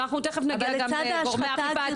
-- לצד ההשחתה, הטשטוש וההעלמה.